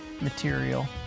material